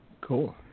Cool